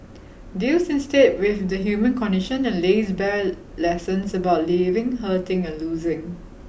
deals instead with the human condition and lays bare lessons about living hurting and losing